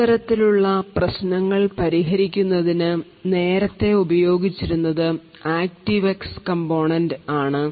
ഇത്തരത്തിലുള്ള പ്രശ്നങ്ങൾ പരിഹരിക്കുന്നതിന് നേരത്തെ ഉപയോഗിച്ചിരുന്നത് ആക്റ്റീവ് എക്സ് കമ്പോണന്റ് ആണ്